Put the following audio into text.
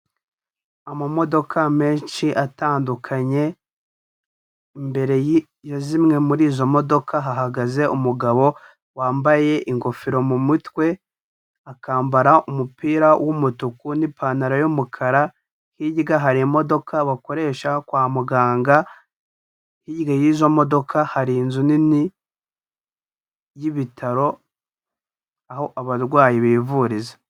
Amamodoka menshi atandukanye, imbere ya zimwe muri izo modoka hahagaze umugabo wambaye ingofero mu mutwe, akambara umupira w'umutuku n'ipantaro y'umukara, hirya hari imodoka bakoresha kwa muganga, hirya y'izo modoka hari inzu nini y'ibitaro, aho abarwayi bivuriza.